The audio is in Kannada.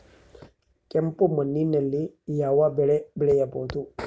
ಕೆಂಪು ಮಣ್ಣಿನಲ್ಲಿ ಯಾವ ಬೆಳೆ ಬೆಳೆಯಬಹುದು?